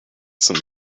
some